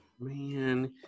Man